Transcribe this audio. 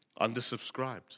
Undersubscribed